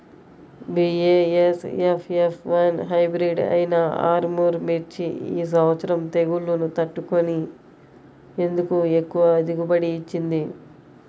BASF F one hybrid అయినా ఆర్ముర్ మిర్చి ఈ సంవత్సరం తెగుళ్లును తట్టుకొని ఎందుకు ఎక్కువ దిగుబడి ఇచ్చింది?